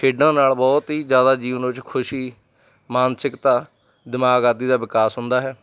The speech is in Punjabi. ਖੇਡਾਂ ਨਾਲ ਬਹੁਤ ਹੀ ਜ਼ਿਆਦਾ ਜੀਵਨ ਵਿੱਚ ਖੁਸ਼ੀ ਮਾਨਸਿਕਤਾ ਦਿਮਾਗ ਆਦਿ ਦਾ ਵਿਕਾਸ ਹੁੰਦਾ ਹੈ